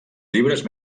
llibres